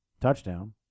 touchdown